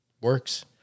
works